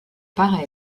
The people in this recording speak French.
par